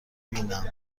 بینم